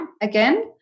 again